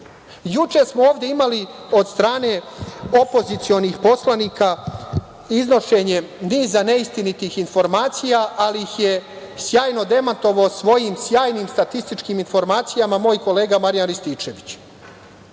smo ovde imali od strane opozicionih poslanika iznošenje niza neistinitih informacija, ali ih je sjajno demantovao svojim sjajnim statističkim informacijama moj kolega Marijan Rističević